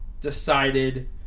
decided